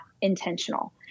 intentional